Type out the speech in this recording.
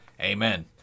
Amen